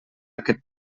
aquest